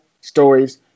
stories